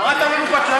קראת לנו בטלנים.